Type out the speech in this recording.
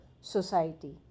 society